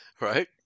Right